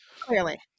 Clearly